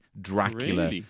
Dracula